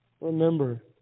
Remember